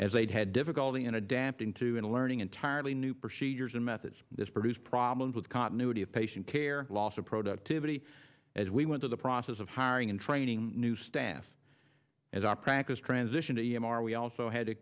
a had difficulty in adapting to and learning entirely new procedures and methods this produced problems with continuity of patient care loss of productivity as we went to the process of hiring and training new staff as our practice transition to e m r we also had to